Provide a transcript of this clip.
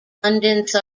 abundance